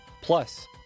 plus